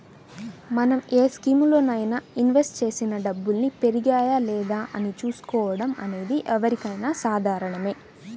మనం ఏ స్కీములోనైనా ఇన్వెస్ట్ చేసిన డబ్బుల్ని పెరిగాయా లేదా అని చూసుకోవడం అనేది ఎవరికైనా సాధారణమే